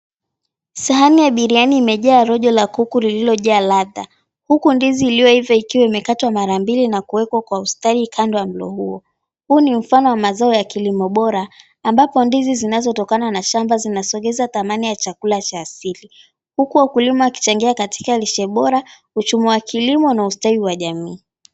Sahani ya biriani imejaa rojo la kuku lililojaa ladha huku ndizi iliyoiva ikiwa imekatwa mara mbili na kuwepo kwa ustadi kando ya mlo huo. Huu ni mfano wa mazao ya kilimo bora ambapo ndizi zinazotokana na shamba zinasogeza thamani ya chakula cha asili. Huku wakulima wakichangia katika lishe bora, uchumi wa kilimo na ustawi wa jamii.